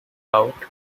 out